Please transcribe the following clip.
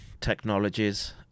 technologies